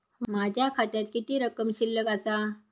माझ्या खात्यात किती रक्कम शिल्लक आसा?